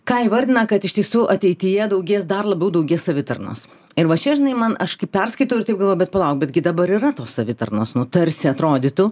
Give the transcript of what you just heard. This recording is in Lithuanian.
ką įvardina kad iš tiesų ateityje daugės dar labiau daugės savitarnos ir va čia žinai man aš kaip perskaitau ir taip galvoju bet palauk betgi dabar yra tos savitarnos nu tarsi atrodytų